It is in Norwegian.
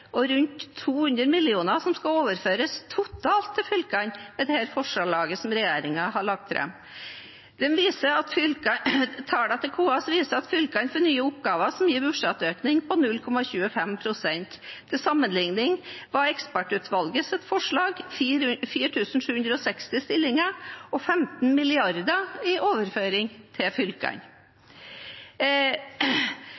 er rundt 200 mill. kr totalt som skal overføres til fylkene. Tallene til KS viser at fylkene får nye oppgaver som gir en budsjettøkning på 0,25 pst. Til sammenligning var ekspertutvalgets forslag 4 760 stillinger og 15 mrd. kr i overføring til